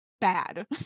bad